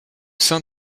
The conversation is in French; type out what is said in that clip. sein